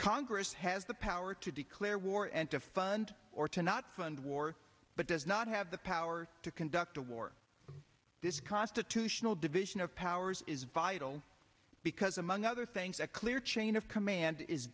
congress has the power to declare war and to fund or to not fund war but does not have the power to conduct a war this constitutional division of powers is vital because among other things a clear chain of command is